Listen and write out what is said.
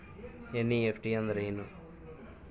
NEFT ಅಂದ್ರೆನು?